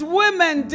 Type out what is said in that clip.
women